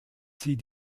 sie